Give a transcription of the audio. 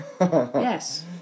Yes